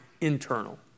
internal